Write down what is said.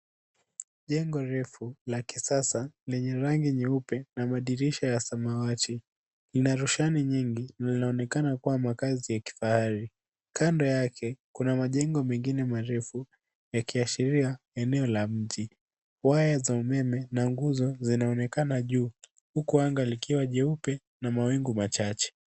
Jengo refu la kisasa lenye rangi nyeupe na madirisha ya samawati lina roshani nyingi na linaonekana kuwa makazi ya kifahari. Kando yake kuna majengo mengine marefu yakiashiria eneo la mji. Waya za umeme na nguzo zinaonekana juu huku anga likiwa nyeupe na mawingu machache.